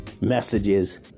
messages